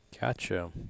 Gotcha